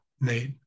Nate